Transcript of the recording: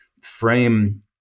frame